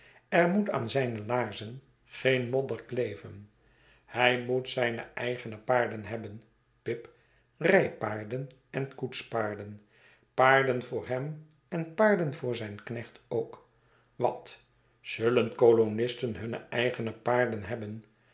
er moet aan zijne laarzen geen modder kleven hij moet zijne eigene paarden hebben pip rijpaarden en koetspaarden paarden voor hem en paarden voor zijn knecht ook wat zullen kolonisten hunne eigene paarden hebben